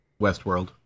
Westworld